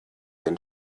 den